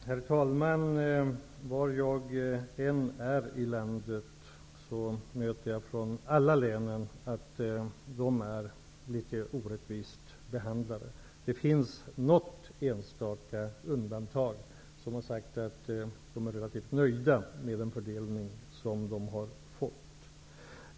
Herr talman! Var jag än är i landet får jag höra från alla län att de är orättvist behandlade. Det finns något enstaka undantag där man har sagt att man är nöjd med den fördelning som har skett.